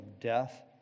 death